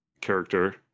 character